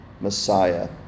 Messiah